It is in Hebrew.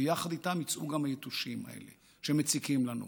ויחד איתם יצאו גם היתושים האלה שמציקים לנו.